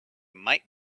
might